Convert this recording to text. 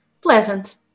pleasant